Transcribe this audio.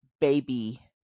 baby